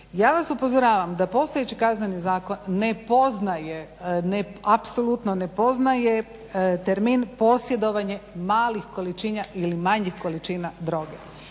Ja vas upozoravam da postojeći Kazneni zakon ne poznaje, apsolutno ne poznaje termin posjedovanje malih količina ili manjih količina droge.